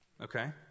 Okay